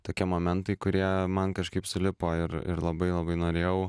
tokie momentai kurie man kažkaip sulipo ir ir labai labai norėjau